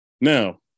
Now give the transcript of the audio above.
Now